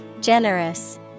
Generous